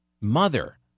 mother